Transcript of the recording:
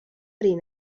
arī